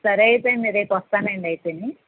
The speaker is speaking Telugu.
సరే అయితే మే రేపు వస్తానండి అయితేని